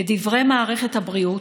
לדברי מערכת הבריאות,